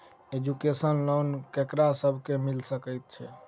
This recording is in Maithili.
एजुकेशन लोन ककरा सब केँ मिल सकैत छै?